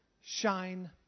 shine